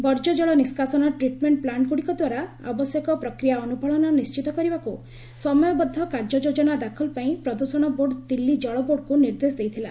ବର୍ଜ୍ୟ ଜଳ ନିଷ୍କାସନ ଟ୍ରିଟ୍ମେଣ୍ଟ ପ୍ଲାଣ୍ଟ୍ ଗୁଡ଼ିକ ଦ୍ୱାରା ଆବଶ୍ୟକ ପ୍ରକ୍ରିୟା ଅନୁପାଳନ ନିଶ୍ଚିତ କରିବାକୁ ସମୟବଦ୍ଧ କାର୍ଯ୍ୟ ଯୋଜନା ଦାଖଲ ପାଇଁ ପ୍ରଦୂଷଣ ବୋର୍ଡ୍ ଦିଲ୍ଲୀ ଜଳ ବୋର୍ଡକୁ ନିର୍ଦ୍ଦେଶ ଦେଇଥିଲା